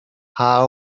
how